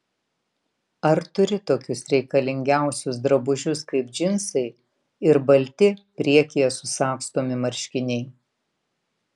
ar turi tokius reikalingiausius drabužius kaip džinsai ir balti priekyje susagstomi marškiniai